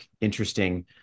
interesting